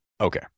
okay